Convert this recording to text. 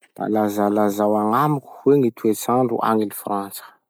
Mba lazalazao agnamiko hoe gny toetsandro agny Frantsa?